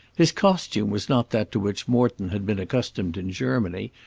his costume was not that to which morton had been accustomed in germany,